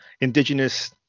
indigenous